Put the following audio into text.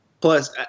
plus